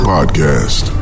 Podcast